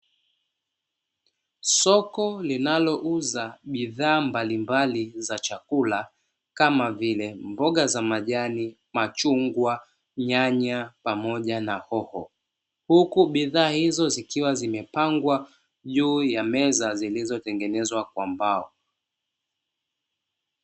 Soko linalouza bidhaa mbalimbali za chakula kama vile: mboga za majani, machungwa, nyanya pamoja na hoho huku bidhaa hizo zikiwa zimepangwa juu ya meza zilizo tengenezwa kwa mbao.